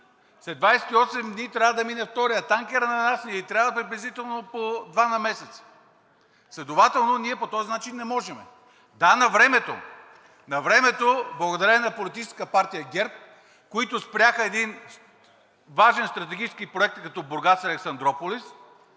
след 28 дни трябва да мине вторият танкер, а на нас ни трябват приблизително по два на месец. Следователно ние по този начин не можем. Да, навремето – навремето благодарение на Политическа партия ГЕРБ, които спряха един важен стратегически проект, като „Бургас – Александруполис“,